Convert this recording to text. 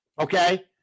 Okay